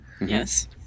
yes